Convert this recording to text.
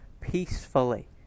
peacefully